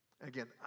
Again